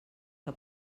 que